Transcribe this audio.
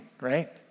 right